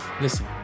listen